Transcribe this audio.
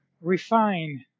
refine